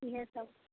इएह सब